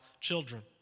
children